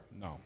No